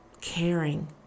caring